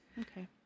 Okay